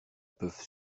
peuvent